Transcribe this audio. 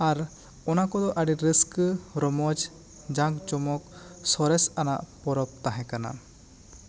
ᱟᱨ ᱚᱱᱟ ᱠᱚᱫᱚ ᱟᱹᱰᱤ ᱨᱟᱹᱥᱠᱟᱹ ᱨᱚᱢᱚᱡᱽ ᱡᱟᱜᱽ ᱡᱚᱢᱚᱠ ᱥᱚᱨᱮᱥ ᱟᱱᱟᱜ ᱯᱚᱨᱚᱵᱽ ᱛᱟᱦᱮᱸ ᱠᱟᱱᱟ